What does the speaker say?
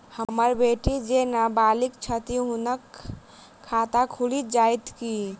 हम्मर बेटी जेँ नबालिग छथि हुनक खाता खुलि जाइत की?